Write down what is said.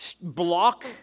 block